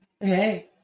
Hey